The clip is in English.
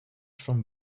from